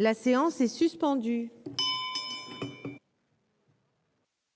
la séance est suspendue.